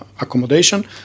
accommodation